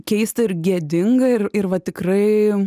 keista ir gėdinga ir ir va tikrai